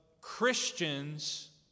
Christians